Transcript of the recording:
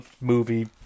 movie